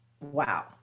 wow